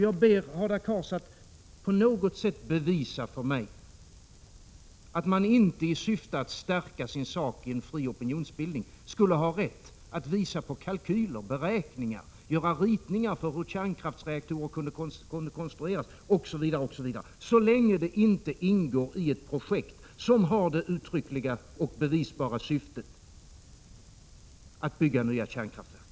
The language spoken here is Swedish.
Jag ber Hadar Cars att på något sätt bevisa för mig att man i syfte att stärka sin sak i en fri opinionsbildning inte skulle ha rätt att visa på kalkyler och beräkningar eller göra ritningar som visar hur kärnkraftsreaktorer kunde konstrueras osv. Det gäller alltså så länge detta inte ingår i ett projekt som har det uttryckliga och bevisbara syftet att bygga nya kärnkraftverk.